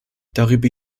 darüber